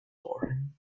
morning